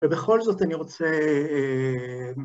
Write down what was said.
ובכל זאת אני רוצה...